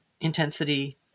intensity